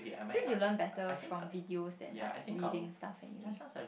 since you learn better from videos than like reading stuff anyway